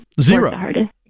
Zero